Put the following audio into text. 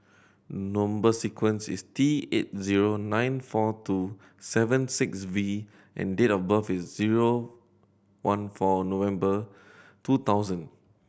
number sequence is T eight zero nine four two seven six V and date of birth is zero one four November two thousand